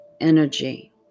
energy